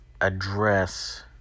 address